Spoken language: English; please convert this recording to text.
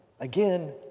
again